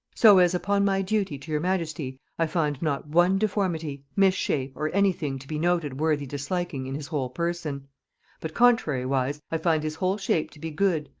so as, upon my duty to your majesty, i find not one deformity, mis-shape, or any thing to be noted worthy disliking in his whole person but contrariwise, i find his whole shape to be good,